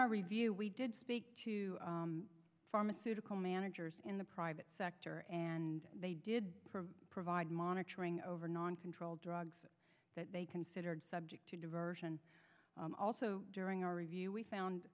our review we did speak to pharmaceutical managers in the private sector and they did provide monitoring over non controlled drugs that they considered subject to diversion also during our review we found